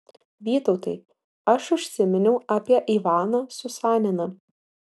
vytautai aš užsiminiau apie ivaną susaniną